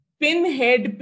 pinhead